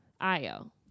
Io